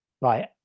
right